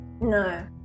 no